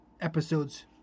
episode's